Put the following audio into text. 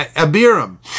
Abiram